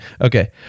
Okay